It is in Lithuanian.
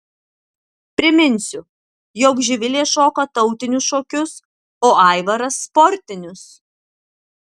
priminsiu jog živilė šoka tautinius šokius o aivaras sportinius